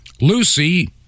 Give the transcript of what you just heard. Lucy